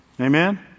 Amen